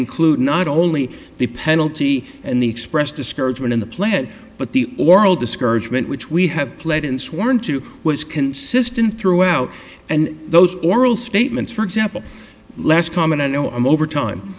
include not only the penalty and the expressed discouragement in the pledge but the oral discouragement which we have pled in sworn to was consistent throughout and those oral statements for example less common i know i'm over time